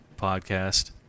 podcast